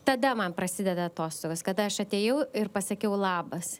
tada man prasideda atostogos kada aš atėjau ir pasakiau labas